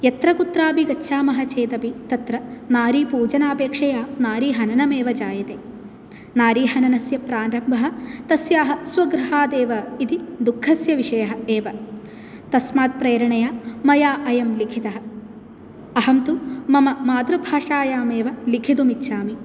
यत्र कुत्रापि गच्छामः चेत् अपि तत्र नारीपूजनापेक्षया नारीहननम् एव जायते नारीहननस्य प्रारम्भः तस्याः स्वगृहात् एव इति दुःखस्य विषयः एव तस्मात् प्रेरणया मया अयं लिखितः अहं तु मम मातृभाषायाम् एव लिखितुम् इच्छामि